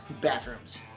bathrooms